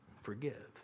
forgive